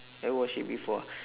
never watch it before